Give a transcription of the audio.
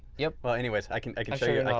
yeah well anyways i can i can show you,